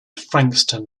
frankston